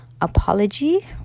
Apology